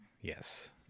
yes